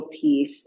piece